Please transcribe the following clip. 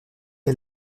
est